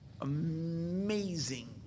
amazing